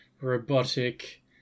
robotic